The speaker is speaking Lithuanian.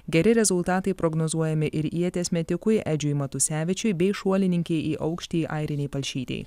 geri rezultatai prognozuojami ir ieties metikui edžiui matusevičiui bei šuolininkei į aukštį airinei palšytei